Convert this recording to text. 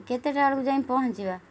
କେତେଟା ବେଳକୁ ଯାଇଁ ପହଞ୍ଚିବା